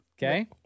Okay